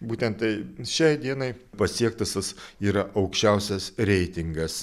būtent tai šiai dienai pasiektas tas yra aukščiausias reitingas